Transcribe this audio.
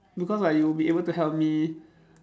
because like you'll be able to help me